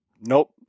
nope